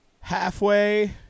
halfway